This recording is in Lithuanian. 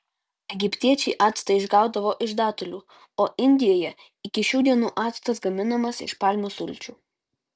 egiptiečiai actą išgaudavo iš datulių o indijoje iki šių dienų actas gaminamas iš palmių sulčių